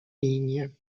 ligne